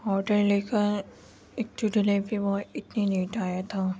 order لے کر ایک تو ڈلیوری بوائے اتنی لیٹ آیا تھا